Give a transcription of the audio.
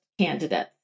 candidates